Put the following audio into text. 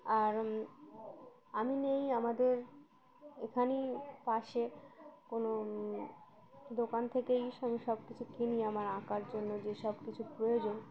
আর আমি নেই আমাদের এখানেই পাশে কোনো দোকান থেকেই সব কিছু কিনি আমার আঁকার জন্য যে সব কিছু প্রয়োজন